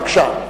בבקשה.